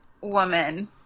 woman